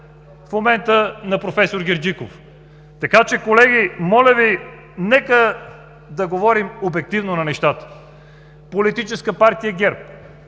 в кабинета на проф. Герджиков. Колеги, моля Ви, нека да говорим обективно за нещата! Политическа партия ГЕРБ